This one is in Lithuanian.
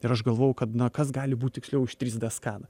ir aš galvojau kad na kas gali būt tiksliau už trys d skaną